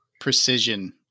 precision